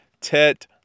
Tet